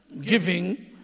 giving